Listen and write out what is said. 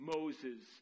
Moses